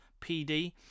PD